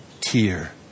tear